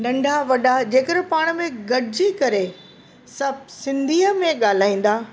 नंढा वॾा जंहिंकॾहिं पाण में गॾिजी करे सभु सिंधीअ में ॻाल्हाईंदा